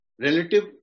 relative